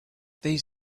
these